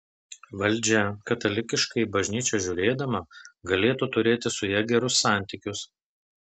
valdžia katalikiškai į bažnyčią žiūrėdama galėtų turėti su ja gerus santykius